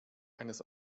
eines